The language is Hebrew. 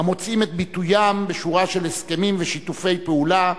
המוצאים את ביטוים בשורה של הסכמים ושיתופי פעולה,